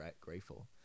grateful